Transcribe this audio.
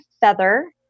feather